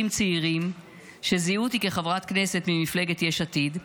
צעירים שזיהו אותי כחברת כנסת ממפלגת יש עתיד,